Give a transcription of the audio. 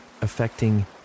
affecting